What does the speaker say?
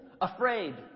afraid